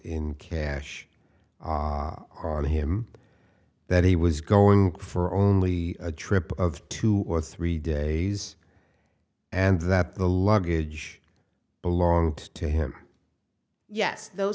in cash on him that he was going for only a trip of two or three days and that the luggage belonged to him yes those